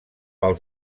pel